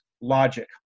logic